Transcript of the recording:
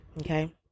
okay